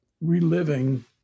reliving